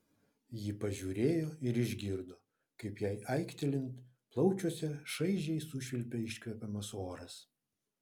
ji pažiūrėjo ir išgirdo kaip jai aiktelint plaučiuose šaižiai sušvilpia iškvepiamas oras